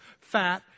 fat